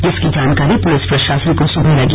जिसकी जानकारी पुलिस प्रशासन को सुबह लगी